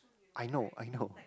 I know I know